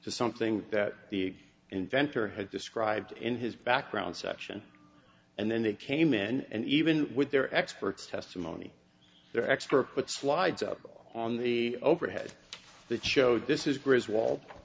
to something that the inventor had described in his background section and then they came in and even with their experts testimony their extra foot slides up on the overhead that showed this is